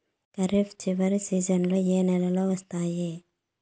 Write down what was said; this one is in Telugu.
ఖరీఫ్ చివరి సీజన్లలో ఏ నెలలు వస్తాయి?